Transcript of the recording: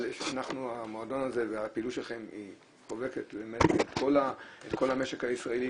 המועדון הזה והפעילות שלכם היא חובקת את כל המשק הישראלי